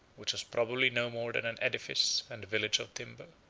which was probably no more than an edifice and village of timber.